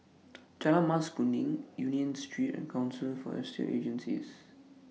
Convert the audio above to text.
Jalan Mas Kuning Union Street and Council For Estate Agencies